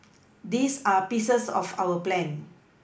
these are pieces of our plan